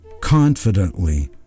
Confidently